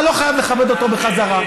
אתה לא חייב לכבד אותו בחזרה.